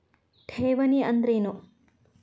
ಠೇವಣಿ ಅಂದ್ರೇನು?